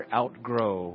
outgrow